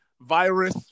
virus